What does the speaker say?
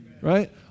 Right